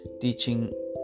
teaching